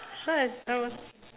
so as I was